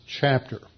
chapter